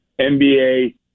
NBA